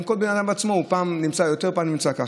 כל בן אדם נמצא פעם יותר ופעם ככה.